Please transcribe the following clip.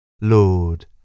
Lord